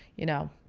you know,